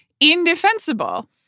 indefensible